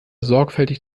sorgfältig